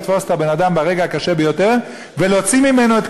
לתפוס את הבן-אדם ברגע הקשה ביותר ולהוציא ממנו את